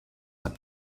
habt